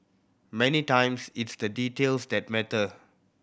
many times it's the details that matter